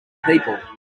people